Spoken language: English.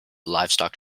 livestock